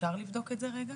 אפשר לבדוק את זה רגע?